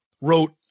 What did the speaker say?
wrote